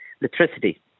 electricity